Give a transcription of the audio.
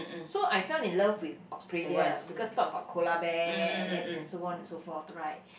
so I fell in love with Australia because thought about koala bear and then and so on and so forth right